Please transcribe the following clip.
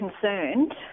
concerned